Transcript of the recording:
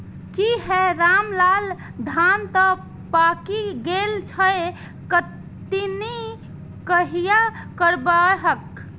की हौ रामलाल, धान तं पाकि गेल छह, कटनी कहिया करबहक?